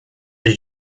did